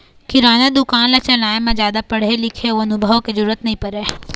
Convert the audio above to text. किराना दुकान ल चलाए म जादा पढ़े लिखे अउ अनुभव के जरूरत नइ परय